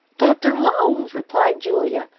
dr. holmes, replied julia.